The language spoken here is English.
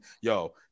Yo